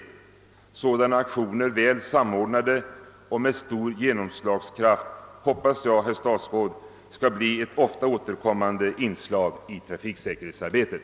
Jag hoppas att sådana aktioner — väl samordnade och med stor genomslagskraft — skall bli ett ofta återkommande inslag i trafiksäkerhetsarbetet.